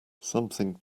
something